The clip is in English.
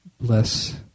bless